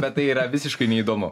bet tai yra visiškai neįdomu